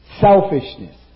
selfishness